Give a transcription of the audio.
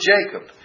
Jacob